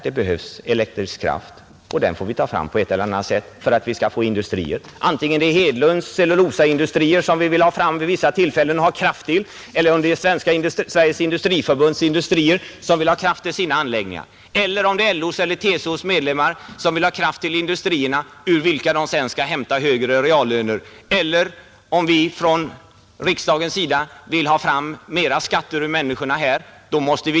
Det behövs elektrisk kraft, och den får vi ta fram på ett eller annat sätt för att vi skall få industrier — det kan vara herr Hedlunds cellulosaindustrier som vi vill ha kraft till eller Sveriges industriförbunds industrier som vill ha kraft till sina anläggningar, det kan vara LO:s eller TCO:s medlemmar som vill ha kraft till industrier, ur vilka de sedan skall hämta högre reallöner, det kan vara vi i riksdagen som vill ha ut mera skatter av människorna.